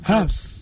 House